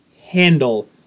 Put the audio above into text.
handle